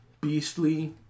beastly